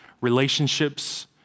relationships